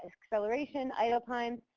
acceleration idle times,